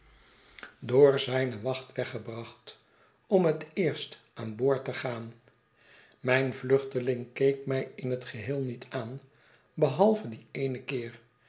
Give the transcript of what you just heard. door zijne wacht weggebracht om het eerst aan boord te gaan mijn vluchteling keek mij in het geheel niet aan behalve dien eenen keer